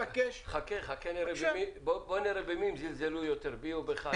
בוא נראה במי הם זלזלו יותר, בי או בך.